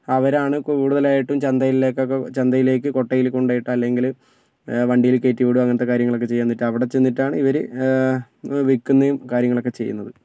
അവരാണ് കൂടുതലായിട്ടും ചന്തയിലേക്കൊക്കെ ചന്തയിലേക്ക് കൊട്ടയിൽ കൊണ്ടു പോയിട്ട് അല്ലെങ്കിൽ വണ്ടിയിൽ കയറ്റിവിടും അങ്ങനത്തെ കാര്യങ്ങളൊക്കെ ചെയ്യാൻ നിൽക്കുക അവിടെ ചെന്നിട്ടാണ് ഇവർ വിൽക്കുന്നതും കാര്യങ്ങളൊക്കെ ചെയ്യുന്നത്